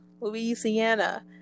louisiana